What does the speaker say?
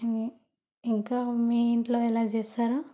ఇం ఇంకా మీ ఇంట్లో ఎలా చేస్తారో